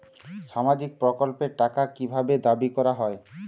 সামাজিক প্রকল্পের টাকা কি ভাবে দাবি করা হয়?